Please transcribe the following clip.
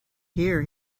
here